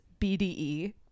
BDE